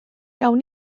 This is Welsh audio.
gawn